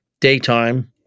daytime